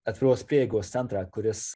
atviros prieigos centrą kuris